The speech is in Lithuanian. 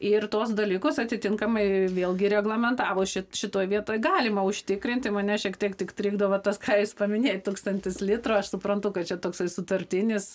ir tuos dalykus atitinkamai vėlgi reglamentavo šitoj vietoj galima užtikrinti mane šiek tiek tik trikdo va tas ką jūs paminėjot tūkstantis litrų aš suprantu kad čia toksai sutartinis